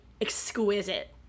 exquisite